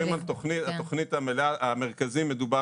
הגענו למסקנות שם כי באמת המסקנות לא פשוטות